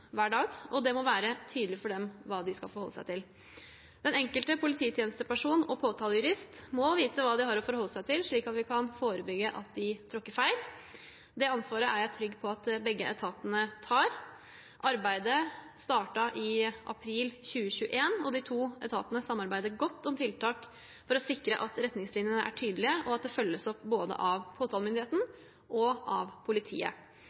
hver dag, og det må være tydelig for dem hva de skal forholde seg til. Den enkelte polititjenesteperson og påtalejurist må vite hva de har å forholde seg til, slik at vi kan forebygge at de tråkker feil. Det ansvaret er jeg trygg på at begge etatene tar. Arbeidet startet i april 2021, og de to etatene samarbeider godt om tiltak for å sikre at retningslinjene er tydelige, og at det følges opp både av påtalemyndigheten og av politiet.